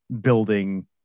building